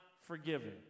forgiven